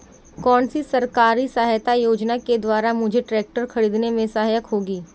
कौनसी सरकारी सहायता योजना के द्वारा मुझे ट्रैक्टर खरीदने में सहायक होगी?